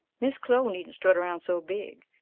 miss clo needn't strut round so big,